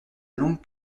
longue